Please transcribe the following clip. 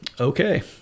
okay